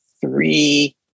three